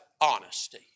honesty